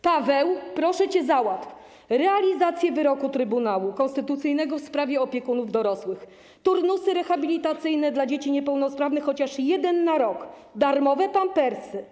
Pawle, proszę cię, załatw realizację wyroku Trybunału Konstytucyjnego w sprawie opiekunów dorosłych, załatw turnusy rehabilitacyjne dla dzieci niepełnosprawnych, chociaż jeden na rok, załatw darmowe pampersy.